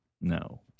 no